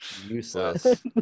useless